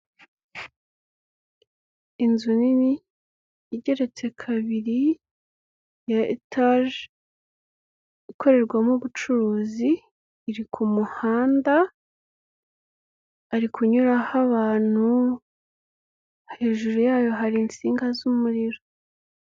Inzu nini igeretse kabiri, ya etaje, ikorerwamo ubucuruzi, iri ku muhanda, hari kunyuraho abantu, hejuru yayo hari insinga z'umuriro.